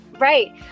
Right